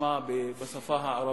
כשמה בשפה הערבית,